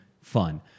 fun